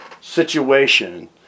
situation